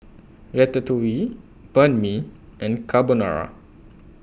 Ratatouille Banh MI and Carbonara